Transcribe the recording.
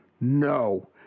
No